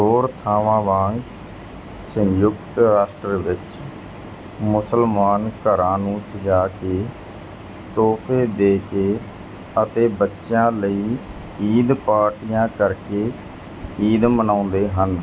ਹੋਰ ਥਾਂਵਾਂ ਵਾਂਗ ਸੰਯੁਕਤ ਰਾਸ਼ਟਰ ਵਿੱਚ ਮੁਸਲਮਾਨ ਘਰਾਂ ਨੂੰ ਸਜਾ ਕੇ ਤੋਹਫ਼ੇ ਦੇ ਕੇ ਅਤੇ ਬੱਚਿਆਂ ਲਈ ਈਦ ਪਾਰਟੀਆਂ ਕਰਕੇ ਈਦ ਮਨਾਉਂਦੇ ਹਨ